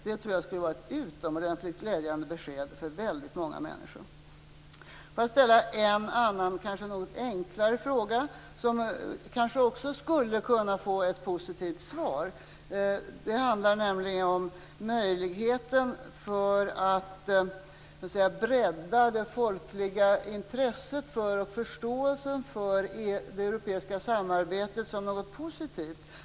Det tror jag skulle vara ett utomordentligt glädjande besked för väldigt många människor. Låt mig ställa en annan och kanske något enklare fråga, som kanske också skulle kunna få ett positivt svar. Det handlar om möjligheten att bredda det folkliga intresset och förståelsen för det europeiska samarbetet som något positivt.